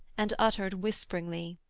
and uttered whisperingly